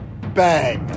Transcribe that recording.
bang